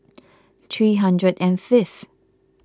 three hundred and fifth